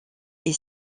est